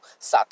SATA